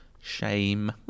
shame